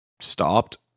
stopped